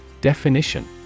Definition